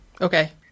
Okay